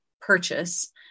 purchase